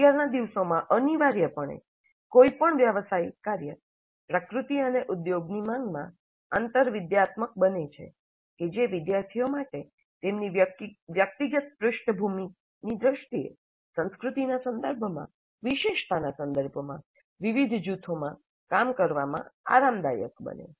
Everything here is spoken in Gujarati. અત્યારનાં દિવસોમાં અનિવાર્યપણે કોઈ પણ વ્યાવસાયિક કાર્ય પ્રકૃતિ અને ઉદ્યોગની માંગમાં આંતરવિદ્યાત્મક બને છે કે જે વિદ્યાર્થીઓ માટે તેમની વ્યક્તિગત પૃષ્ઠભૂમિની દ્રષ્ટિએ સંસ્કૃતિના સંદર્ભમાં વિશેષતાના સંદર્ભમાં વિવિધ જૂથોમાં કામ કરવામાં આરામદાયક બને